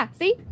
see